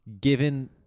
Given